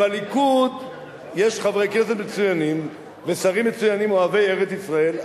שבליכוד יש חברי כנסת מצוינים ושרים מצוינים אוהבי ארץ-ישראל,